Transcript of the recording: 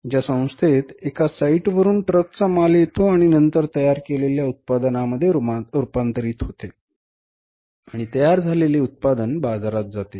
ज्या संस्थेत एका साइटवरून ट्रकचा माल येतो आणि नंतर तयार केलेल्या उत्पादनामध्ये रूपांतरित होते आणि तयार झालेले उत्पादन बाजारात जाते